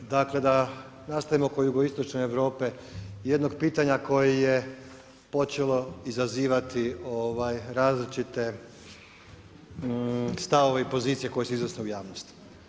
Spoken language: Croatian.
Dakle, da nastavimo oko jugoistočne Europe, jednog pitanja koji je počelo izazivati, ovaj, različite stavove i pozicije koje se iznose u javnost.